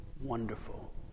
wonderful